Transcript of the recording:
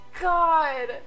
God